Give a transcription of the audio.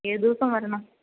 ഏത് ദിവസം വരണം